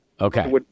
Okay